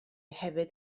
hefyd